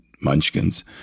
munchkins